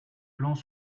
plans